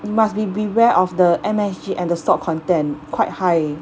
you must be beware of the M_S_G and the salt content quite high